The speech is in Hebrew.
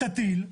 תטיל.